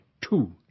Two